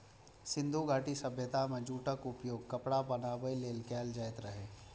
सिंधु घाटी सभ्यता मे जूटक उपयोग कपड़ा बनाबै लेल कैल जाइत रहै